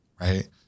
Right